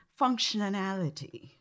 functionality